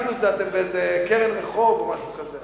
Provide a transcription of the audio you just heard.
כאילו אתם באיזה קרן רחוב או משהו כזה.